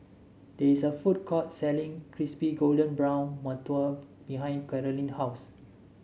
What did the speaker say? there is a food court selling Crispy Golden Brown Mantou behind Karolyn's house